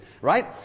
right